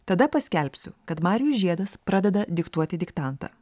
tada paskelbsiu kad marijus žiedas pradeda diktuoti diktantą